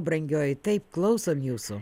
brangioji taip klausom jūsų